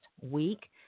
week